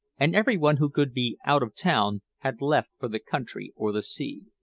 and everyone who could be out of town had left for the country or the sea.